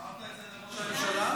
אמרת את זה לראש הממשלה?